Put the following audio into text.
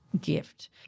gift